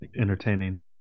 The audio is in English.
entertaining